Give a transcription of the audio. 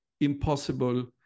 impossible